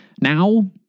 Now